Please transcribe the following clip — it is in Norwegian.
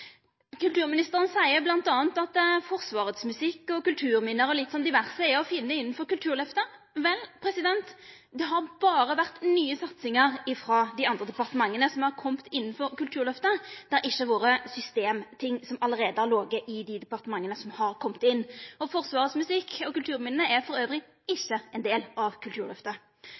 Kulturministeren seier bl.a. at Forsvarets musikk og kulturminne, og litt sånn diverse, er å finna innanfor Kulturløftet. Vel, det har berre vore nye satsingar frå dei andre departementa som har kome innanfor Kulturløftet, det har ikkje vore systemting som allereie har lege i dei departementa, som har kome inn. Forsvarets musikk og kulturminne er elles ikkje ein del av Kulturløftet.